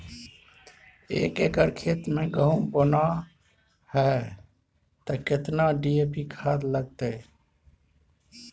एक एकर खेत मे गहुम बोना है त केतना डी.ए.पी खाद लगतै?